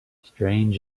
strange